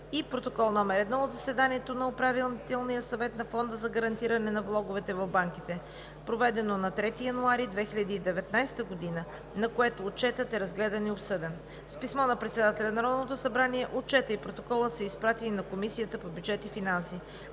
и Протокол № 1 от заседанието на Управителния съвет на Фонда за гарантиране на влоговете за банките, проведено на 3 януари 2019 г., на което Отчетът е разгледан и обсъден. С писмо на председателя на Народното събрание Отчетът и Протоколът са изпратени на Комисията по бюджет и финанси.